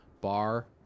bar